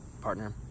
partner